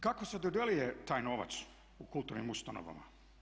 Kako se dodjeljuje taj novac u kulturnim ustanovama?